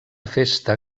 festa